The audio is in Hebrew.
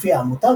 לפי העמותה,